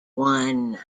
one